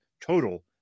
total